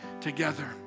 together